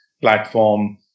platform